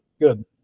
good